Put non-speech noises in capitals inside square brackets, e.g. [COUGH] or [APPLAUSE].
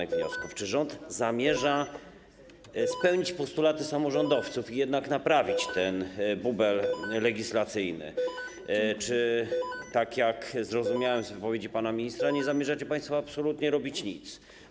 Czy rząd zamierza [NOISE] spełnić postulaty samorządowców i jednak naprawić ten bubel legislacyjny, czy, tak jak zrozumiałem z wypowiedzi pana ministra, nie zamierzacie państwo absolutnie robić nic?